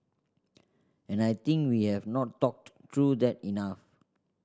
and I think we have not talked through that enough